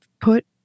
put